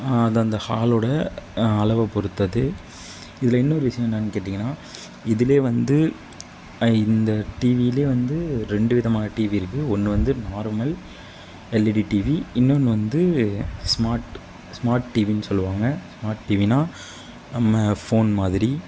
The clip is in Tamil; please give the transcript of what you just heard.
அது அந்த ஹாலோட அளவை பொருத்தது இதில் இன்னொரு விஷயம் என்னன்னு கேட்டிங்கனா இதுலேயே வந்து இந்த டிவிலேயே வந்து ரெண்டு விதமான டிவி இருக்கு ஒன்று வந்து நார்மல் எல்ஈடி டிவி இன்னொன்னு வந்து ஸ்மார்ட் ஸ்மார்ட் டிவின்னு சொல்வாங்க ஸ்மார்ட் டிவின்னா நம்ம போன் மாதிரி